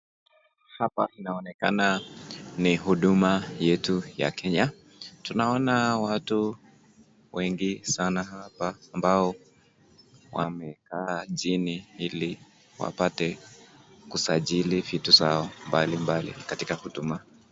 Hapa inaonekana ni huduma yetu ya Kenya. Tunaona watu wengi sana hapa ambao wamekaa chini ili wapate kusajili vitu zao mbalimbali katika huduma.